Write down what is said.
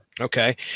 Okay